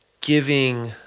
giving